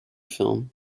film